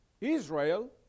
Israel